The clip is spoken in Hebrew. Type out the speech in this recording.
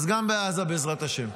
אז גם בעזה, בעזרת השם.